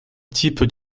type